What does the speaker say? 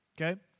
okay